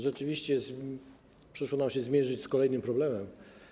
Rzeczywiście przyszło nam zmierzyć się z kolejnym problemem.